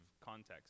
context